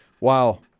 Wow